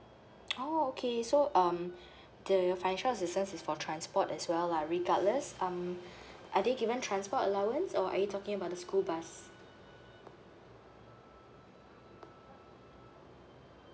oh okay so um the financial assistance is for transport as well lah regardless um are they given transport allowance or are you talking about the school bus